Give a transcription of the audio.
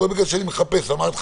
לא בגלל שאני מחפש אמרתי,